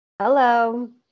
Hello